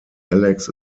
alex